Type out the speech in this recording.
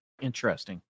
Interesting